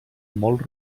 molt